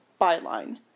byline